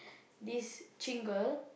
this Jing girl